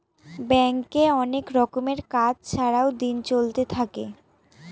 ব্যাঙ্কে অনেক রকমের কাজ ছাড়াও দিন চলতে থাকে